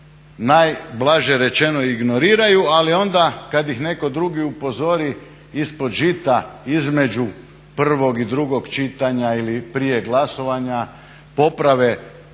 najblaže rečeno ignoriraju ali onda ga ih netko drugi upozori ispod žita, između prvog i drugog čitanja ili prije glasovanja poprave,